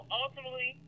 ultimately